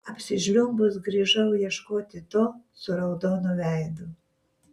apsižliumbus grįžau ieškoti to su raudonu veidu